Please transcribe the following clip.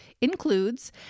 includes